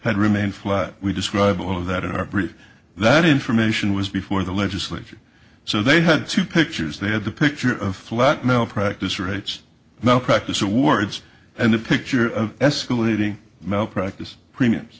had remained flat we described all of that in our pre that information was before the legislation so they had two pictures they had the picture of flat mail practice rates now practice awards and the picture of escalating malpractise premiums